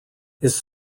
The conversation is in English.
his